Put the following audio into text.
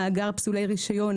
מאגר פסולי רישיון